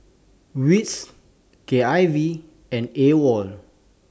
W I T S K I V and AWOL